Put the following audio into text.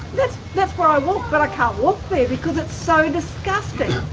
that's that's where i walk but i can't walk there because it's so disgusting.